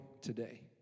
today